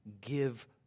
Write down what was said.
Give